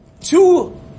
two